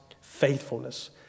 faithfulness